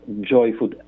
joyful